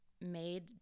made